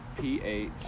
P-H